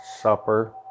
supper